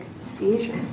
seizure